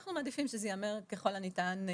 אנחנו מעדיפים שזה ייאמר כבר בהתחלה ככל הניתן.